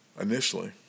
initially